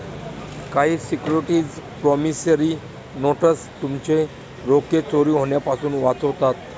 काही securities promissory notes तुमचे रोखे चोरी होण्यापासून वाचवतात